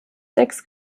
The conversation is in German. sechs